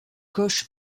koch